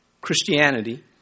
Christianity